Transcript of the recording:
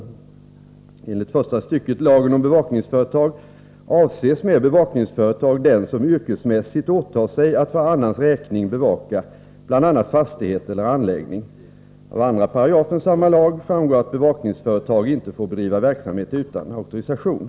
Enligt 1 § första stycket lagen om bevakningsföretag avses med bevakningsföretag den som yrkesmässigt åtar sig att för annans räkning bevaka bl.a. fastighet eller anläggning. Av 2 § samma lag framgår att bevakningsföretag inte får bedriva verksamhet utan auktorisation.